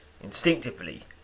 Instinctively